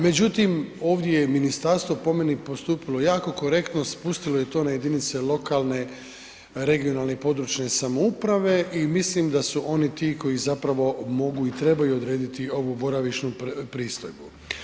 Međutim, ovdje je ministarstvo po meni postupilo jako korektno, spustilo je to na jedinice lokalne regionalne i područne samouprave i mislim da su oni ti koji zapravo mogu i trebaju odrediti ovu boravišnu pristojbu.